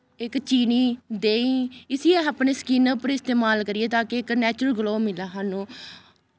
इक चीनी देहीं इस्सी असें अपने स्किन उप्पर इस्तेमाल करियै ता कि इक नैचरल ग्लो मिलै सानूं